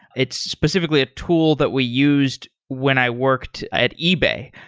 it's specifically a tool that we used when i worked at ebay.